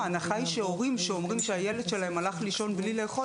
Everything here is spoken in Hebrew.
ההנחה היא שהורים שאומרים שהילד שלהם הלך לישון בלי לאכול,